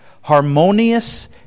Harmonious